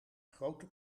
grote